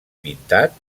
pintat